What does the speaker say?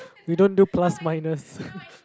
we don't do plus minus